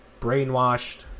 brainwashed